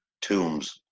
tombs